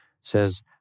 says